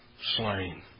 slain